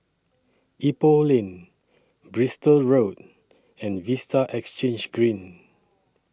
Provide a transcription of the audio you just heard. Ipoh Lane Bristol Road and Vista Exhange Green